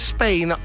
Spain